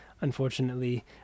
unfortunately